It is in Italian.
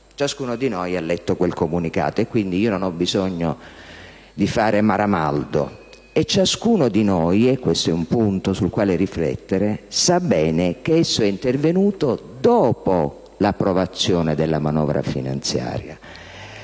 Ciascuno di noi ha letto quel comunicato, quindi io non ho bisogno di fare Maramaldo; e ciascuno di noi - e questo è un punto sul quale riflettere - sa bene che esso è intervenuto dopo l'approvazione della manovra finanziaria,